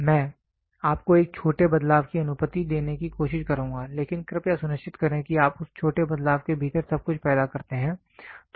मैं आपको एक छोटे बदलाव की अनुमति देने की कोशिश करुंगा लेकिन कृपया सुनिश्चित करें कि आप उस छोटे बदलाव के भीतर सब कुछ पैदा करते हैं